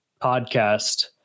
podcast